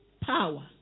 power